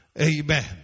Amen